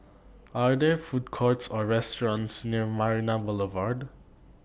Are There Food Courts Or restaurants near Marina Boulevard